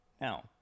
Now